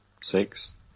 six